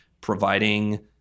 providing